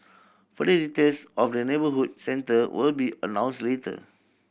further details of the neighbourhood centre will be announced later